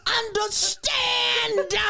understand